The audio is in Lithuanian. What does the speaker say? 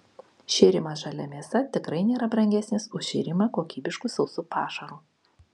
šėrimas žalia mėsa tikrai nėra brangesnis už šėrimą kokybišku sausu pašaru